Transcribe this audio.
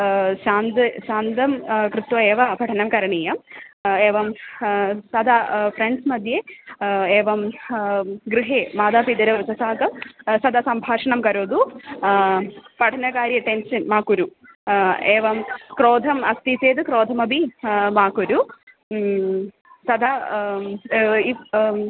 शान्तं शान्तं कृत्वा एव पठनं करणीयम् एवं सदा फ़्रेण्ड्स् मध्ये एवं गृहे मातापिदरौ सहाकं सदा सम्भाषणं करोतु पठनकार्य टेन्शन् मा कुरु एवं क्रोधम् अस्ति चेत् क्रोधमपि मा कुरु तदा इति